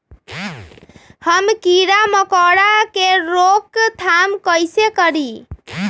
हम किरा मकोरा के रोक थाम कईसे करी?